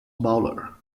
bowler